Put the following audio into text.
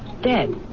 Dead